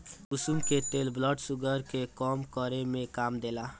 कुसुम के तेल blood sugar के कम करे में काम देला